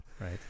right